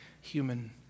human